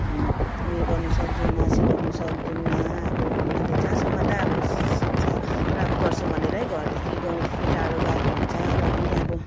उयो गर्नु सक्दैनौँ सिकाउनु सक्दैनौँ अब उनीहरू जहाँसम्म त आफ्नो शिक्षा प्राप्त गर्छु भनेरै घरदेखि गाउँदेखि टाडो गएको हुन्छ र पनि अब